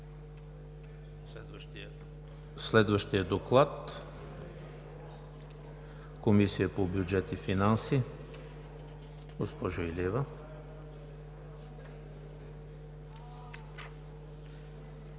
Следващият доклад е на Комисията по бюджет и финанси. Госпожо Илиева,